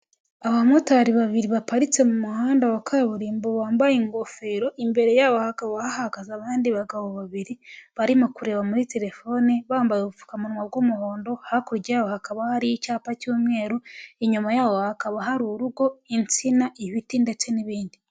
Abamotari babiri baparitse mu muhanda wa kaburimbo bambaye ingofero, imbere yabo hakaba hahagaze abandi bagabo babiri barimo kureba muri telefoni bambaye ubupfukamunwa bw'umuhondo, hakurya hakaba hari icyapa cy'umweru, inyuma yaho hakaba hari urugo, insina, ibiti ndetse n'ibindi.